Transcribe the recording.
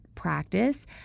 Practice